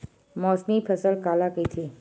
मौसमी फसल काला कइथे?